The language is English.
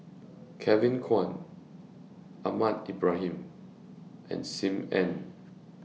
Kevin Kwan Ahmad Ibrahim and SIM Ann